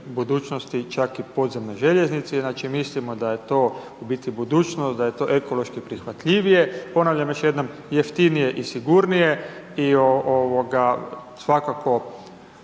budućnosti čak i podzemne željeznice, znači mislimo da je to u bit budućnost, da je to ekološki prihvatljivije. Ponavljam još jednom, jeftinije i sigurnije i svakako